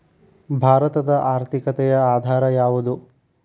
ಭಾರತದ ಆರ್ಥಿಕತೆಯ ಆಧಾರ ಯಾವುದು?